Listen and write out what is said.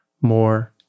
more